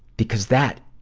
because that,